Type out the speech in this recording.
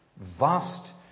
vast